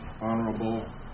honorable